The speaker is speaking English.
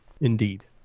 Indeed